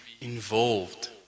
involved